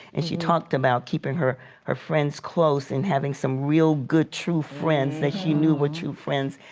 and she talked about keeping her her friends close and having some real good true friends that she knew were true friends.